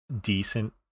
decent